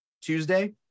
tuesday